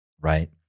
right